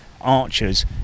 archers